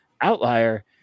outlier